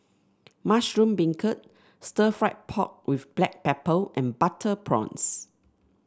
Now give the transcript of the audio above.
Mushroom Beancurd Stir Fried Pork with Black Pepper and Butter Prawns